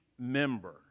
member